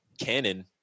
canon